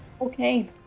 Okay